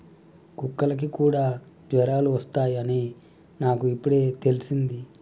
కుక్కలకి కూడా జ్వరాలు వస్తాయ్ అని నాకు ఇప్పుడే తెల్సింది